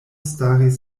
staris